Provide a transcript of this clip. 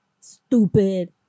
stupid